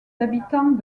d’habitants